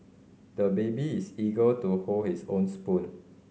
the baby is eager to hold his own spoon